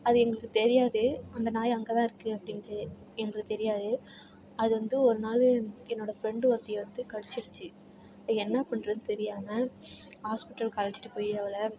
அது எங்களுக்கு தெரியாது அந்த நாய் அங்கே தான் இருக்கு அப்படின்ட்டு எங்களுக்கு தெரியாது அது வந்து ஒரு நாளு என்னோட ஃப்ரெண்டு ஒருத்தியை வந்து கடிச்சிடுச்சி என்ன பண்ணுறதுன்னு தெரியாமல் ஹாஸ்பிட்டல்க்கு அழைச்சிட்டு போய் அவளை